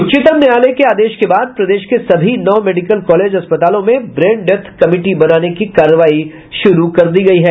उच्चतम न्यायालय के आदेश के बाद प्रदेश के सभी नौ मेडिकल कॉलेज अस्पतालों में ब्रेन डेथ कमिटी बनाने की कार्रवाई शुरू कर दी गयी है